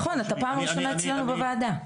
נכון, אתה פעם ראשונה אצלנו בוועדה.